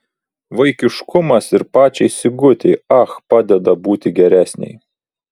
vaikiškumas ir pačiai sigutei ach padeda būti geresnei